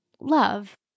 love